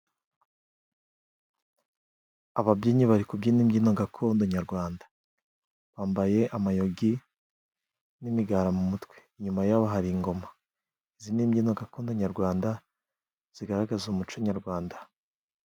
Ababyinnyi bari kubyina imbyino gakondo nyarwanda ,bambaye amayogi n'imigara mu mutwe ,inyuma yaho hari ingoma, izi ni mbyino gakondo nyarwanda zigaragaza umuco nyarwanda.